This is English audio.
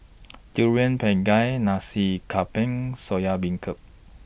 Durian Pengat Nasi Campur Soya Beancurd